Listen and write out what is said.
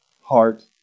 heart